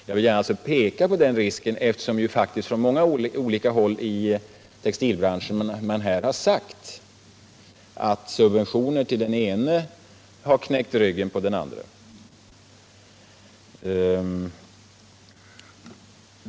Jag vill gärna peka på den risken, eftersom det faktiskt från många olika håll inom textilbranschen sagts att subventioner till den ene har knäckt ryggen på den andre.